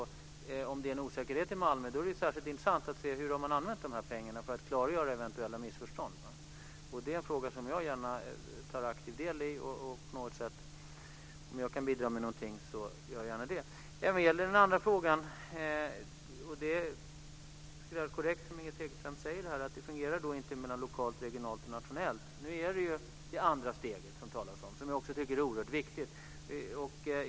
Om det är en osäkerhet i Malmö är det särskilt intressant att se hur man har använt de här pengarna, för att klargöra eventuella missförstånd. Det är en fråga som jag gärna tar aktiv del i, och om jag kan bidra med någonting gör jag gärna det. När det gäller den andra frågan är det korrekt, som Inger Segelström säger, att det inte fungerar mellan den lokala, regionala och nationella nivån. Nu talas det om det andra steget, som jag också tycker är oerhört viktigt.